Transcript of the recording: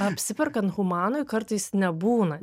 apsiperkant humanoj kartais nebūna